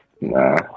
nah